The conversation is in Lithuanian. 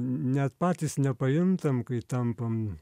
net patys nepajuntam kai tampam